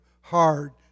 hard